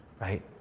Right